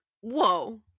whoa